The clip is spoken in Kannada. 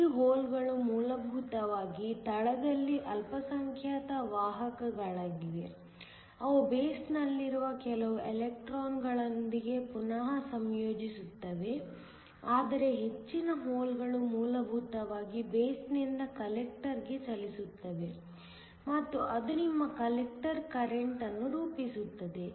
ಈ ಹೋಲ್ಗಳು ಮೂಲಭೂತವಾಗಿ ತಳದಲ್ಲಿ ಅಲ್ಪಸಂಖ್ಯಾತ ವಾಹಕಗಳಾಗಿವೆ ಅವು ಬೇಸ್ನಲ್ಲಿರುವ ಕೆಲವು ಎಲೆಕ್ಟ್ರಾನ್ಗಳೊಂದಿಗೆ ಪುನಃ ಸಂಯೋಜಿಸುತ್ತವೆ ಆದರೆ ಹೆಚ್ಚಿನ ಹೋಲ್ಗಳು ಮೂಲಭೂತವಾಗಿ ಬೇಸ್ ನಿಂದ ಕಲೆಕ್ಟರ್ ಗೆ ಚಲಿಸುತ್ತವೆ ಮತ್ತು ಅದು ನಿಮ್ಮ ಕಲೆಕ್ಟರ್ ಕರೆಂಟ್ ಅನ್ನು ರೂಪಿಸುತ್ತದೆ